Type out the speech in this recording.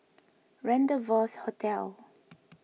Rendezvous Hotel